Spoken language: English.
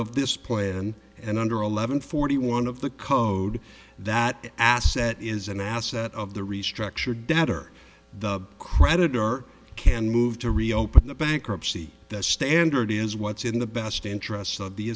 of this ploy in and under eleven forty one of the code that asset is an asset of the restructured debtor the creditor or can move to reopen the bankruptcy the standard is what's in the best interests of the